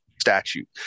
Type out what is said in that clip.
statute